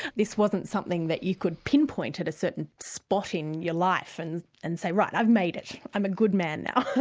this wasn't something that you could pinpoint at a certain spot in your life, and and say, right, i've made it, i'm a good man now,